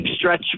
stretch